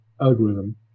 algorithm